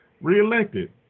Reelected